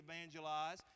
evangelize